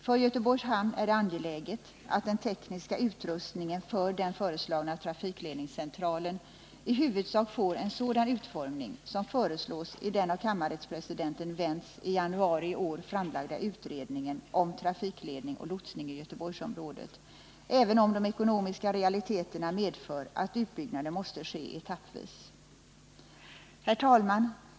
För Göteborgs hamn är det angeläget att den tekniska utrustningen för den föreslagna trafikledningscentralen i huvudsak får en sådan utformning som föreslås i den av kammarrättspresidenten Wentz i januari i år framlagda utredningen om trafikledning och lotsning i Göteborgsområdet, även om de ekonomiska realiteterna medför att utbyggnaden måste ske etappvis. Herr talman!